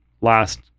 last